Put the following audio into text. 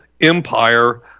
empire